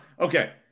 okay